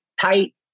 tight